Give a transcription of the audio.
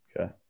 Okay